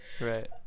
Right